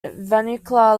vernacular